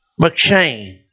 McShane